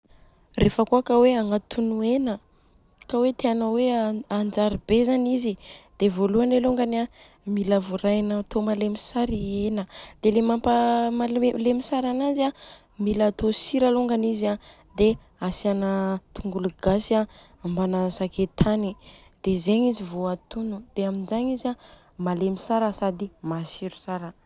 Rehefa kôa ka hoe agnatono hena, ka hoe tianô heo anjary be zany izy dia voaloany alôngany an, mila vorahina atô malemy tsara i hena, dia le mampalemy tsara ananjy an mila atô sira alôngany izy a dia asiagna tongolo gasy a mbana saketany dia zegny izy vô atono, dia amizany izy a malemy tsara sady matsiro tsara.